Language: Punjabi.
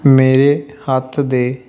ਮੇਰੇ ਹੱਥ ਦੇ